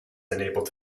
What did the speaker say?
enabled